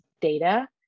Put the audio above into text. data